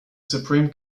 supreme